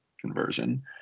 conversion